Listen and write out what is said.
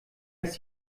ist